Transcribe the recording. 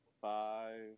five